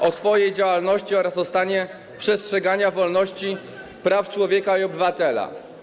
o swojej działalności oraz o stanie przestrzegania wolności, praw człowieka i obywatela.